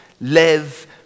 Live